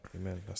amen